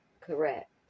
Correct